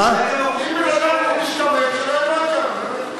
אם אדם משתמט, שלא ילמד שם.